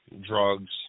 drugs